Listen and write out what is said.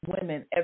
women